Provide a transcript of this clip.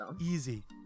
easy